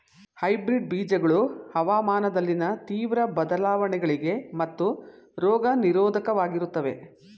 hybrid ಬೀಜಗಳು ಹವಾಮಾನದಲ್ಲಿನ ತೀವ್ರ ಬದಲಾವಣೆಗಳಿಗೆ ಮತ್ತು ರೋಗ ನಿರೋಧಕವಾಗಿರುತ್ತವೆ